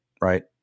right